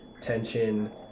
tension